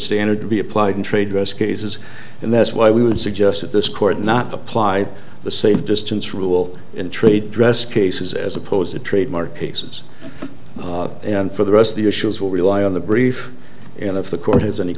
standard to be applied in trade dress cases and that's why we would suggest that this court not apply the same distance rule in trade dress cases as opposed to trademark cases and for the rest of the issues will rely on the brief and if the court has any